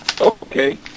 Okay